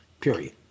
Period